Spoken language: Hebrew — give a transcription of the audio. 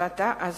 להחלטה זאת.